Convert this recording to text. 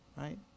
right